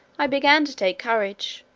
i began to take courage,